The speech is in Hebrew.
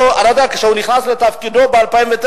אני לא יודע, כשהוא נכנס לתפקידו ב-2009,